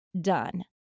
done